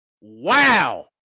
Wow